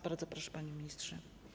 Bardzo proszę, panie ministrze.